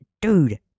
dude